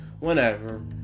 whenever